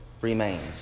remains